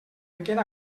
aquest